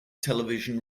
television